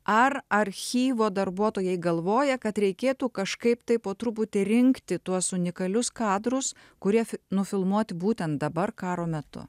ar archyvo darbuotojai galvoja kad reikėtų kažkaip tai po truputį rinkti tuos unikalius kadrus kurie nufilmuoti būtent dabar karo metu